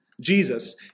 Jesus